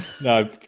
No